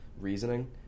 reasoning